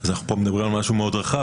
אז פה אנחנו מדברים על משהו מאוד רחב.